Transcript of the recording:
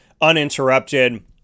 uninterrupted